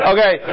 Okay